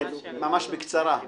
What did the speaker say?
ממש בקצרה,